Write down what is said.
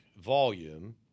volume